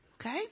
Okay